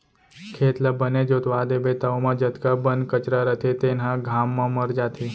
खेत ल बने जोतवा देबे त ओमा जतका बन कचरा रथे तेन ह घाम म मर जाथे